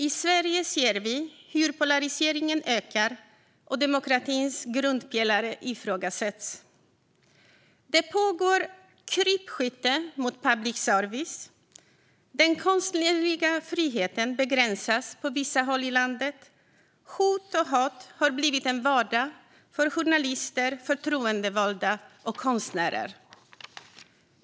I Sverige ser vi hur polariseringen ökar och demokratins grundpelare ifrågasätts. Det pågår krypskytte mot public service. Den konstnärliga friheten begränsas på vissa håll i landet. Hot och hat har blivit vardag för journalister, förtroendevalda och konstnärer.